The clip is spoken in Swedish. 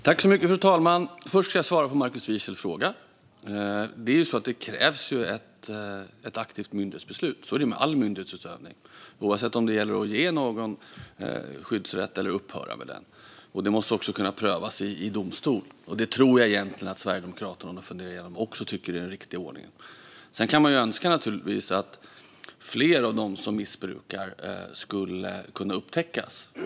Fru talman! Först ska jag svara på Markus Wiechels fråga. Det krävs ett aktivt myndighetsbeslut. Så är det med all myndighetsutövning, oavsett om det gäller att ge någon skyddsrätt eller att ta ifrån någon skyddsrätt. Detta måste också kunna prövas i domstol. Det tror jag egentligen att även Sverigedemokraterna, om de funderar igenom det, tycker är en riktig ordning. Sedan kan man naturligtvis önska att fler av dem som missbrukar detta skulle kunna upptäckas.